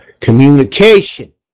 communication